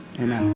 amen